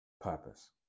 purpose